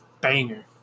banger